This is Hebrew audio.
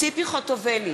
ציפי חוטובלי,